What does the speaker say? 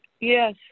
Yes